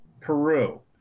Peru